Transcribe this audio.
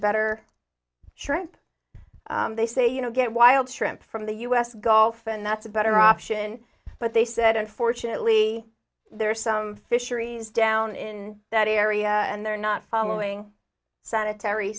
better shrimp they say you know get wild shrimp from the u s gulf and that's a better option but they said unfortunately there are some fisheries down in that area and they're not following sanitary